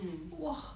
mm